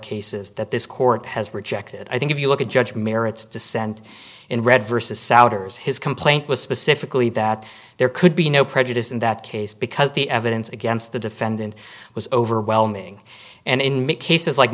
cases that this court has rejected i think if you look at judge merits dissent in red versus souders his complaint was specifically that there could be no prejudice in that case because the evidence against the defendant was overwhelming and in many cases like